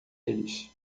eles